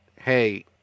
hey